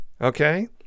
Okay